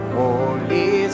holy